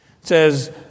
says